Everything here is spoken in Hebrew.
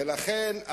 ולכן,